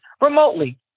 remotely